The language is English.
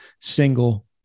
single